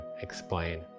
explain